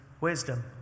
wisdom